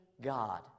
God